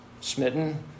smitten